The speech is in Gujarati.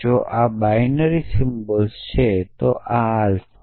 જો આ બાઇનરિ સિમ્બલ્સ છે તો આ આલ્ફા છે